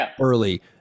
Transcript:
Early